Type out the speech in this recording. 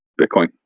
Bitcoin